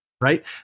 right